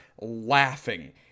laughing